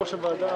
נעולה.